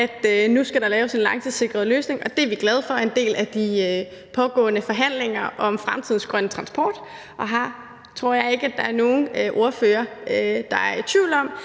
at nu skal der laves en langtidssikret løsning. Det er vi glade for er en del af de pågående forhandlinger om fremtidens grønne transport. Jeg tror ikke, at der er nogen ordførere, der er i tvivl om,